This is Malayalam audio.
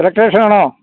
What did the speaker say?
ഇലക്ട്രീഷ്യന് ആണോ